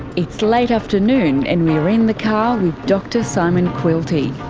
it's late afternoon and we're in the car with dr simon quilty,